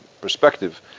perspective